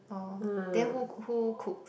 oh then who who cook